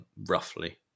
roughly